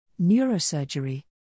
neurosurgery